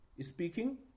speaking